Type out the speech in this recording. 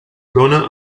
dóna